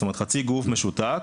זאת אומרת חצי גוף משותק,